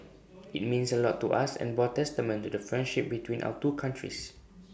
IT meant A lot to us and bore testament to the friendship between our two countries